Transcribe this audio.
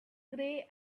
grey